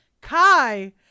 Kai